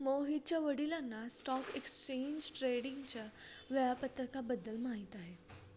मोहितच्या वडिलांना stock exchange ट्रेडिंगच्या वेळापत्रकाबद्दल माहिती आहे